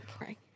Right